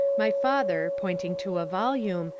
my father, pointing to a volume,